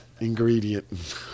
Ingredient